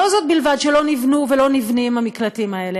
לא זאת בלבד שלא נבנו ולא נבנים המקלטים האלה,